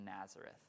Nazareth